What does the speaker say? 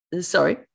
Sorry